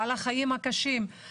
על החיים הקשים,